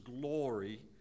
glory